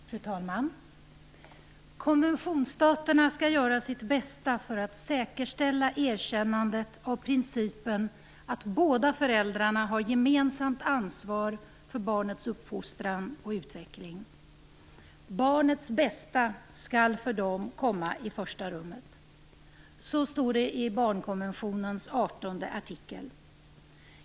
Fru talman! "Konventionsstaterna skall göra sitt bästa för att säkerställa erkännandet av principen att båda föräldrarna har gemensamt ansvar för barnets uppfostran och utveckling. - Barnets bästa skall för dem komma i första rummet". Så står det i barnkonventionens artonde artikel.